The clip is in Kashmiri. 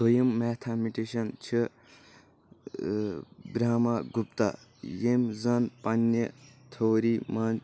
دوٚیِم میتھامِٹشن چھ برہمہ گُپتہ یٔمۍ زَن پننہِ تھوری منٛز